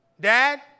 Dad